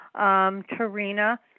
Tarina